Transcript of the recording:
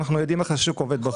ואנחנו יודעים איך השוק בחוץ עובד.